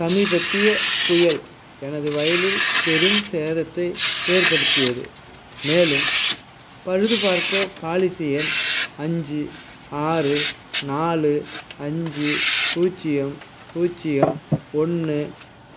சமீபத்திய புயல் எனது வயலில் பெரும் சேதத்தை ஏற்படுத்தியது மேலும் பழுதுப் பார்க்க பாலிசி எண் அஞ்சு ஆறு நாலு அஞ்சு பூஜ்ஜியம் பூஜ்ஜியம் ஒன்று